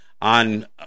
on